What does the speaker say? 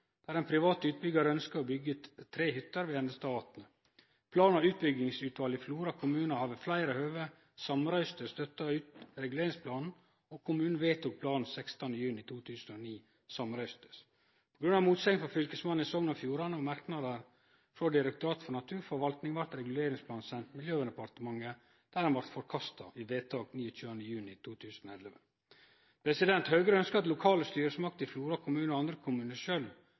der ein privat utbyggjar ønskte å byggje tre hytter ved Endestadvatnet. Plan- og utbyggingsutvalet i Flora kommune har ved fleire høve samrøystes støtta reguleringsplanen, og kommunen vedtok planen samrøystes 16. juni 2009. På grunn av motsegn frå Fylkesmannen i Sogn og Fjordane og merknader frå Direktoratet for naturforvaltning blei reguleringsplanen send til Miljøverndepartementet, der han blei forkasta i vedtak 29. juni 2011. Høgre ønskjer at lokale styresmakter i Flora kommune og andre kommunar